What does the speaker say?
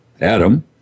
Adam